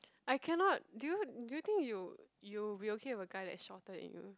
I cannot do you do you think you you'll be okay with a guy that's shorter than you